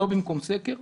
לא במקום סקר.